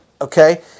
okay